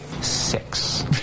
Six